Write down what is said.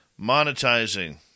Monetizing